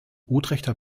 utrechter